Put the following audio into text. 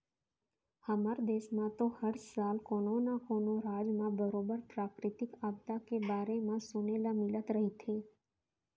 हमर देस म तो हर साल कोनो न कोनो राज म बरोबर प्राकृतिक आपदा के बारे म म सुने ल मिलत रहिथे